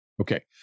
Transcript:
Okay